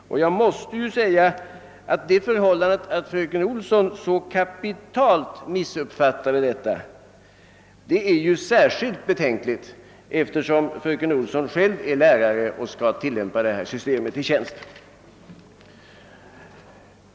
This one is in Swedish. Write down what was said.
Det förhållandet att fröken Olsson så kapitalt missuppfattade saken är särskilt betänkligt, eftersom hon själv är lärare och skall tillämpa systemet i sin tjänst.